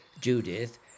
Judith